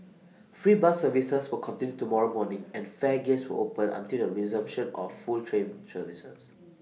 free bus services will continue tomorrow morning and fare gates will open until the resumption of full train services